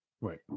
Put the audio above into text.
Right